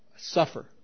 suffer